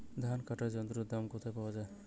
ধান কাটার যন্ত্রের দাম কোথায় পাওয়া যায়?